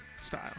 style